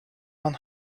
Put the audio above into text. one